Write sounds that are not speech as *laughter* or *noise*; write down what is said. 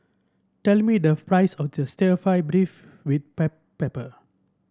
tell me the price *unintelligible* stir fry beef with *unintelligible* pepper